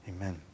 Amen